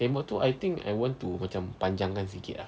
tembok tu I think I want to macam panjang kan sikit ah